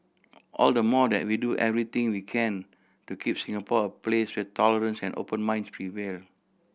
all the more that we do everything we can to keep Singapore a place where tolerance and open minds prevail